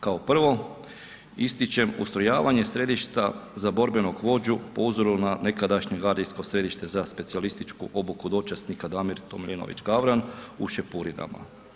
Kao prvo ističem ustrojavanje središta za borbenog vođu po uzoru na nekadašnje gardijsko središte za specijalističku obuku dočasnika Damir Tomljenović Gavran u Šepurinama.